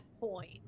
point